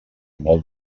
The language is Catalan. molt